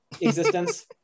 Existence